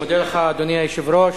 אדוני היושב-ראש,